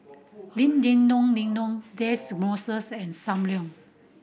Lim Denon Denon Moss and Sam Leong